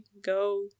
go